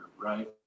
right